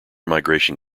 migration